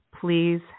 please